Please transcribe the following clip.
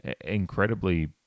incredibly